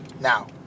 Now